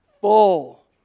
full